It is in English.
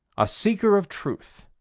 a seeker of truth.